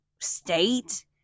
state